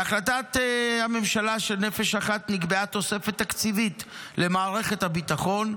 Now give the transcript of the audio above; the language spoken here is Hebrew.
בהחלטת הממשלה של נפש אחת נקבעה תוספת תקציבית למערכת הביטחון,